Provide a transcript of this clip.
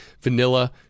vanilla